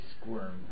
squirm